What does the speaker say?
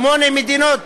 שמונה מדינות